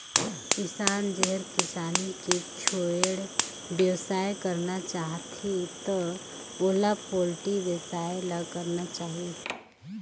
किसान जेहर किसानी के छोयड़ बेवसाय करना चाहथे त ओला पोल्टी बेवसाय ल करना चाही